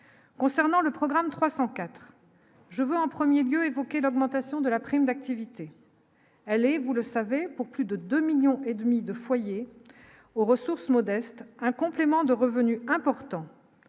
concernant le programme 304 je veux en 1er lieu évoqué l'augmentation de la prime d'activité, elle est, vous le savez, pour plus de 2 millions et demi de foyers aux ressources modestes un complément de revenus importants: